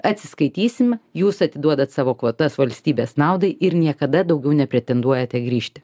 atsiskaitysim jūs atiduodat savo kvotas valstybės naudai ir niekada daugiau nepretenduojate grįžti